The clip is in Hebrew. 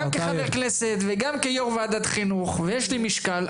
גם כחבר כנסת וגם כיו"ר ועדת חינוך ויש לי משקל,